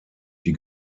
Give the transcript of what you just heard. die